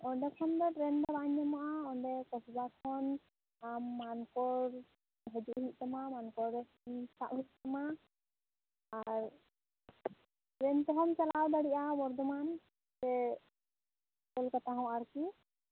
ᱚᱸᱰᱮᱠᱷᱚᱱ ᱫᱚ ᱴᱨᱮᱱ ᱫᱚ ᱵᱟᱝ ᱧᱟᱢᱚᱜᱼᱟ ᱚᱸᱰᱮ ᱠᱚᱥᱵᱟ ᱠᱷᱚᱱ ᱟᱢ ᱢᱟᱱᱠᱚᱲ ᱦᱟ ᱡᱩᱜ ᱦᱩᱭᱩᱜ ᱛᱟᱢᱟ ᱢᱟᱱᱠᱚᱨ ᱨᱮ ᱥᱟᱵ ᱦᱩᱭᱩᱜ ᱛᱟᱢᱟ ᱟᱨ ᱴᱨᱮᱱ ᱛᱮᱦᱚᱸᱢ ᱪᱟᱞᱟᱣ ᱫᱟᱲᱮᱭᱟᱜᱼᱟ ᱵᱚᱨᱫᱷᱚᱢᱟᱱ ᱥᱮ ᱠᱳᱞᱠᱟᱛᱟ ᱦᱚᱸ ᱟᱨ ᱠᱤ